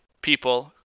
people